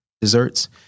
desserts